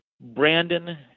Brandon